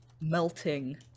melting